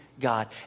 God